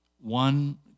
One